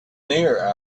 near